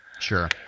Sure